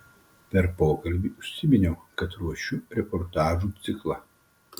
per pokalbį užsiminiau kad ruošiu reportažų ciklą